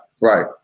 right